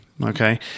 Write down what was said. Okay